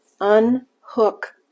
Unhook